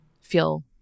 feel